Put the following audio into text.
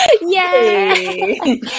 Yay